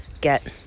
get